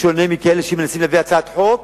בשונה מכאלה שמנסים להביא הצעת חוק